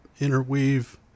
interweave